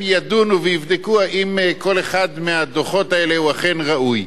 ידונו ויבדקו האם כל אחד מהדוחות האלה הוא אכן ראוי.